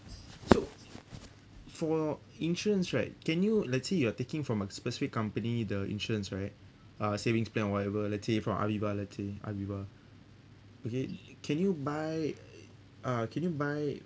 so for insurance right can you let's say you are taking from a specific company the insurance right uh savings plan or whatever let's say from aviva let's say aviva okay can you buy uh can you buy